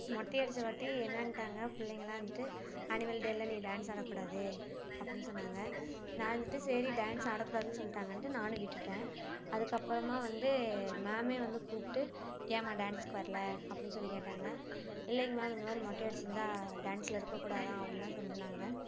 மொட்டை அடித்த வாட்டி என்னன்டாங்க பிள்ளைங்கள்லாம் வந்துட்டு ஆனுவல் டேவில நீ டான்ஸ் ஆடக்கூடாது அப்படின்னு சொன்னாங்கள் நான் வந்துட்டு சரி டான்ஸ் ஆடக்கூடாது சொல்லிட்டாங்கன்ட்டு நானும் விட்டுட்டேன் அதுக்கப்பறமாக வந்து மேம்மே வந்து கூப்பிட்டு ஏம்மா டான்ஸுக்கு வரலை அப்படின்னு சொல்லி கேட்டாங்கள் இல்லைங்க மேம் இந்த மாதிரி மொட்டை அடிச்சிருந்தால் டான்ஸ்ல இருக்கக்கூடாதாம் அப்படின்லாம் சொல்லியிருந்தாங்க